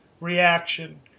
reaction